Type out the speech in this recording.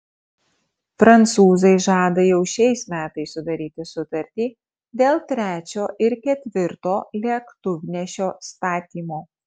prancūzai žada jau šiais metais sudaryti sutartį dėl trečio ir ketvirto lėktuvnešio statymo